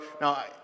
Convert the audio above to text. Now